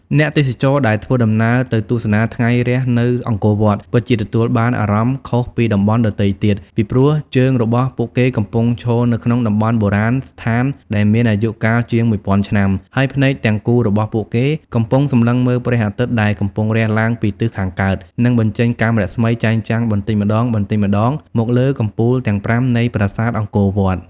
អ្នកទេសចរណ៍ដែលធ្វើដំណើរទៅទស្សនាថ្ងៃរះនៅអង្គរវត្ត ពិតជាទទួលបានអារម្មណ៍ខុសពីតំបន់ដទៃទៀត ពីព្រោះ ជើងរបស់ពួកគេកំពុងឈរនៅក្នុងតំបន់បុរាណស្ថានដែលមានអាយុកាលជាង១ពាន់ឆ្នាំ ហើយភ្នែកទាំងគូរបស់ពួកគេកំពុងសម្លឹងមើលព្រះអាទិត្យដែលកំពុងរះឡើងពីទិសខាងកើត និងបញ្ចេញកាំរស្មីចែងចាំងបន្តិចម្តងៗមកលើកំពូលទាំងប្រាំនៃប្រាសាទអង្គរវត្ត។